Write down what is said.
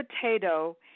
potato